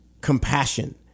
compassion